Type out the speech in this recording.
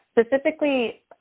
Specifically